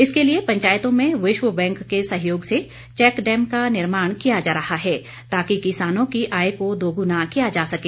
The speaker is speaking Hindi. इसके लिए पंचायतों में विश्व बैंक के सहयोग से चैक डैम का निर्माण किया जा रहा है ताकि किसानों की आय को दोगुना किया जा सके